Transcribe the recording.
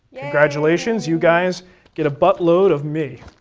congratulations, you guys get a butt-load of me.